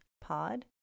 pod